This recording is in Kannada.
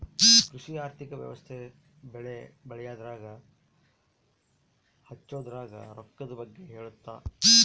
ಕೃಷಿ ಆರ್ಥಿಕ ವ್ಯವಸ್ತೆ ಬೆಳೆ ಬೆಳೆಯದ್ರಾಗ ಹಚ್ಛೊದ್ರಾಗ ರೊಕ್ಕದ್ ಬಗ್ಗೆ ಹೇಳುತ್ತ